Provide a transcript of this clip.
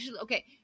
Okay